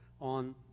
on